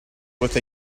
with